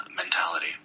mentality